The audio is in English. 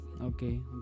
okay